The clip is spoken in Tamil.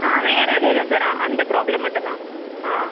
ஆ வேற எதுவும் இல்லை சார் அந்த ப்ராப்ளம் மட்டும் தான் ஆ